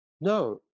No